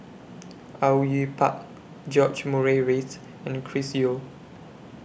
Au Yue Pak George Murray Reith and Chris Yeo